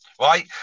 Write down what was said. right